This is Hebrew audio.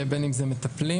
בין אם זה מטפלים.